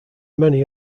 many